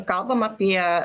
kalbam apie